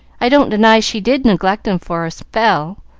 i don't deny she did neglect em for a spell,